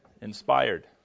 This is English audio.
inspired